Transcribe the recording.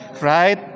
right